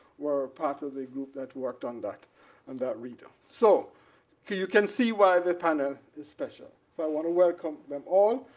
were part of the group that worked on that and that reader. so you can see why the panel is special. so i want to welcome them all,